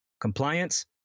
compliance